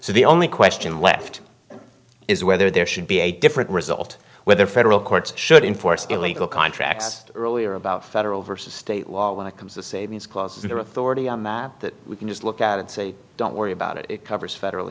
so the only question left is whether there should be a different result whether federal courts should enforce illegal contracts earlier about federal versus state law when it comes to say these clauses or authority that we can just look at and say don't worry about it it covers federal